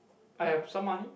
I have some money